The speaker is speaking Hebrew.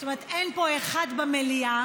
אין פה אחד במליאה